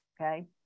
okay